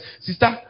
Sister